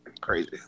crazy